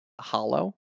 hollow